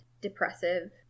depressive